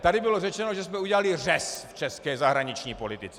Tady bylo řečeno, že jsme udělali řez v české zahraniční politice.